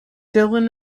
dylan